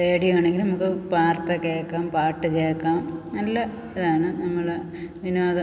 റേഡിയോയാണെങ്കിൽ നമുക്ക് വാർത്ത കേൾക്കാം പാട്ടു കേൾക്കാം നല്ല ഇതാണ് നമ്മളെ വിനോദ